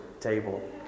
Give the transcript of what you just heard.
table